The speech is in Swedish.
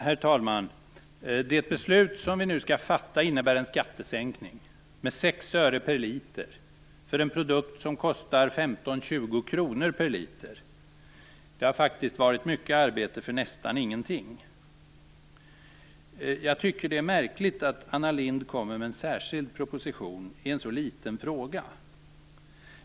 Herr talman! Det beslut som vi nu skall fatta innebär en skattesänkning med 6 öre per liter för en produkt som kostar 15-20 kr per liter. Det har faktiskt varit mycket arbete för nästan ingenting. Jag tycker att det är märkligt att Anna Lindh kommer med en särskild proposition i en så liten fråga.